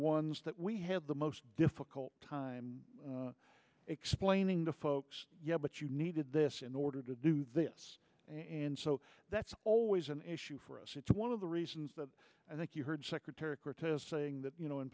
ones that we have the most difficult time explaining the folks yeah but you needed this in order to do this and so that's always an issue for us it's one of the reasons that i think you heard secretary curtis saying that you know in